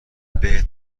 بهت